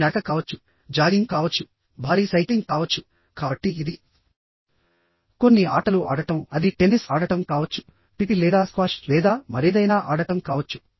ఇది నడక కావచ్చు జాగింగ్ కావచ్చు భారీ సైక్లింగ్ కావచ్చు కాబట్టి ఇది కొన్ని ఆటలు ఆడటం అది టెన్నిస్ ఆడటం కావచ్చు టిటి లేదా స్క్వాష్ లేదా మరేదైనా ఆడటం కావచ్చు